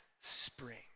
spring